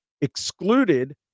excluded